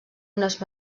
unes